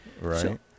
right